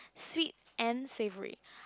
sweet and savoury